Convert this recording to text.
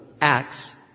Acts